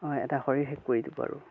হৈ এটা শৰীৰ শেষ কৰি দিব আৰু